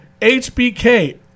HBK